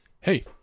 Hey